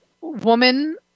woman